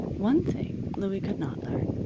one thing louie could not learn.